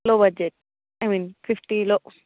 లొ budget I mean ఫిఫ్టీలో